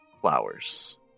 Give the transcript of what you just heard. flowers